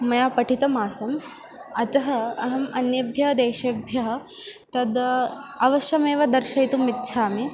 मया पठिता आसीत् अतः अहम् अन्येभ्यः देशेभ्यः ताम् अवश्यमेव दर्शयितुम् इच्छामि